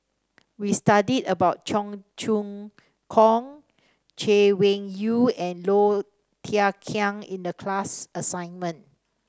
we studied about Cheong Choong Kong Chay Weng Yew and Low Thia Khiang in the class assignment